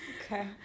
Okay